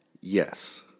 Yes